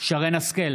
שרן מרים השכל,